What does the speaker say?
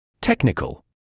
technical